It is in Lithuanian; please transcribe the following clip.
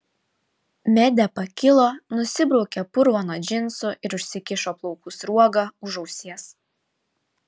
medė pakilo nusibraukė purvą nuo džinsų ir užsikišo plaukų sruogą už ausies